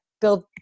build